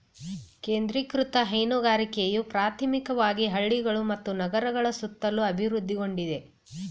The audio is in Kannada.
ಕೇಂದ್ರೀಕೃತ ಹೈನುಗಾರಿಕೆಯು ಪ್ರಾಥಮಿಕವಾಗಿ ಹಳ್ಳಿಗಳು ಮತ್ತು ನಗರಗಳ ಸುತ್ತಲೂ ಅಭಿವೃದ್ಧಿಗೊಂಡಿದೆ